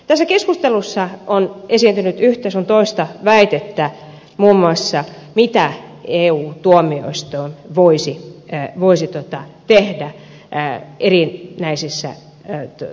tässä keskustelussa on esiintynyt yhtä sun toista väitettä muun muassa mitä eun tuomioistuin voisi tehdä erinäisissä tilanteissa